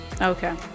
okay